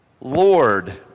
Lord